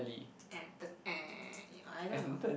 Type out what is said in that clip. eh the eh I don't know